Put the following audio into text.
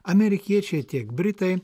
amerikiečiai tiek britai